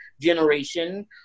generation